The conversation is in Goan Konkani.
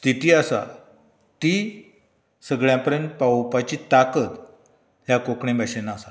स्थिती आसा ती सगळ्यां पर्यंत पावोवपाची ताकद ह्या कोंकणी भाशेंत आसा